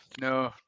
No